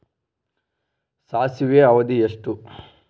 ಸಾಸಿವೆಯ ಅವಧಿ ಎಷ್ಟು?